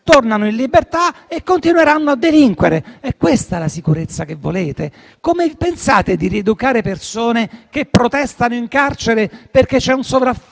tornano in libertà e continueranno a delinquere. È questa la sicurezza che volete? Come pensate di rieducare persone che protestano in carcere perché c'è un sovraffollamento